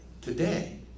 Today